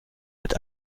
mit